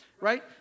right